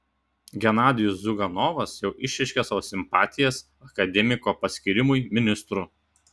genadijus ziuganovas jau išreiškė savo simpatijas akademiko paskyrimui ministru